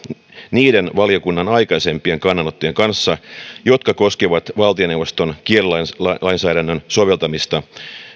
niiden valiokunnan aikaisempien kannanottojen kanssa jotka koskevat valtioneuvoston kielilainsäädännön soveltamista